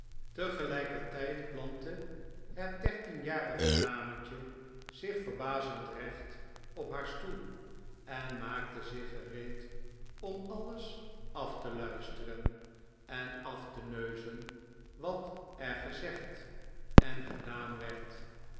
tegelijkertijd plantte het dertienjarige dametje zich verbazend recht op haar stoel en maakte zich gereed om alles af te luisteren en af te neuzen wat er gezegd en gedaan werd